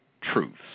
truths